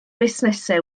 busnesau